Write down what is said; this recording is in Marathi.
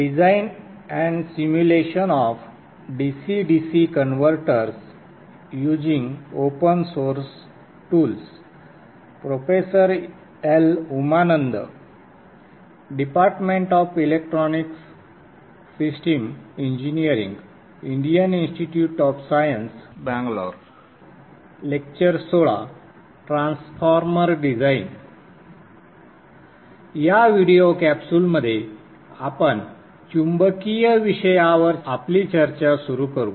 या व्हिडिओ कॅप्सूलमध्ये आपण चुंबकीय विषयावर आपली चर्चा सुरू करू